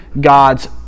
God's